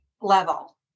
level